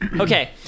Okay